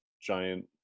giant